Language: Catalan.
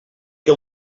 que